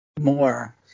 more